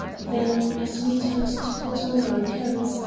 then, as we turned to put on our coats,